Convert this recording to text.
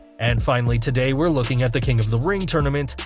and finally today we're looking at the king of the ring tournament,